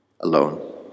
alone